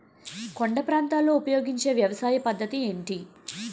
కొండ ప్రాంతాల్లో ఉపయోగించే వ్యవసాయ పద్ధతి ఏంటి?